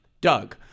Doug